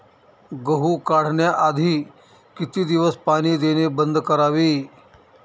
गहू काढण्याआधी किती दिवस पाणी देणे बंद करावे?